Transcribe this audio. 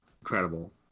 Incredible